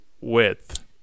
width